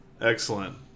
excellent